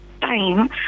time